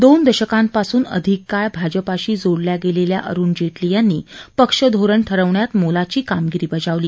दोन दशकांपासून अधिक काळ भाजपशी जोडल्या गेलेल्या अरुण जेटली यांनी पक्षधोरण ठरवण्यात मोलाची कामगिरी बजावली